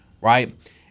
right